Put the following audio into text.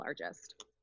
largest